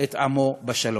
את עמו בשלום".